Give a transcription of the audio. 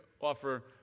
offer